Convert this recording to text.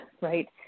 right